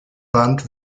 band